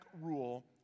rule